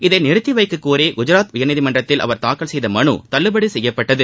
இதை நிறுத்தி வைக்கக்கோரி குஜராத் உயர்நீதிமன்றத்தில் அவர் தாக்கல் செய்த மனு தள்ளுபடி செய்யப்பட்டது